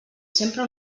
sempre